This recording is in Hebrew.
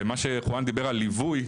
ומה שיוחנן דיבר על ליווי,